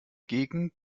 gegen